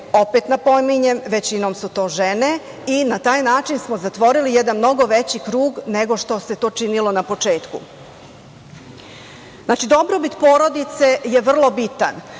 opet napominjem, većinom su to žene, i na taj način smo zatvorili jedan mnogo veći krug nego što se to činilo na početku. Dobrobit porodice je vrlo bitan. Ako